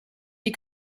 die